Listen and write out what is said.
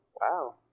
wow